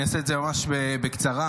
אני אעשה ממש בקצרה,